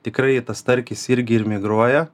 tikrai tas starkis irgi ir migruoja